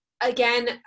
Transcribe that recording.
Again